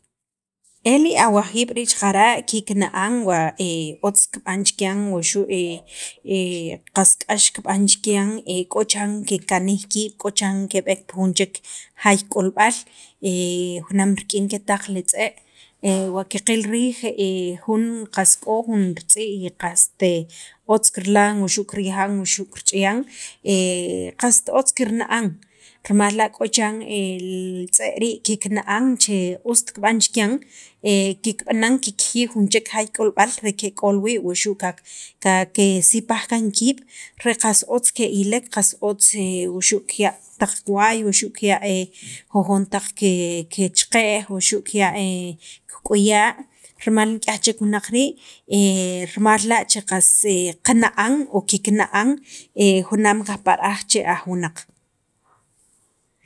E li awajiib' tii' xaqara' kikna'an wa otz kib'an chikyan wuxu' qas k'ax kib'an chikyan, k'o chiran kikanij kiib', k'o chiran keb'eek pi jun chek jaay k'olb'al, junaam rik'in ke taq li tz'e' wa qaqil riij jun, qas k'o jun ritz'ii' y qast otz kirilan, wuxu' kiryajan, wuxu' kirch'ayan qast otz kirna'an rimal la', k'o chan li tz'e' rii' kina'an che ust kib'an chikyan kikb'anan kikjiyij jun chek jaay k'olb'al re ke k'ol wii' wuxu' qa kake sipaj kaan kiib' re qas otz ke'ilek, qas otz wuxu' kiya' taq kiwaay, wuxu' kiya jujon taq cheqa'j wuxu' kiya' kik'uya' rimal nik'yaj chek wunaq rii', rimal la' qas qana'n o kikna'an junaam kajpa' ra'aj che aj wunaq